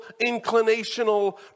inclinational